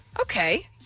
Okay